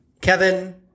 Kevin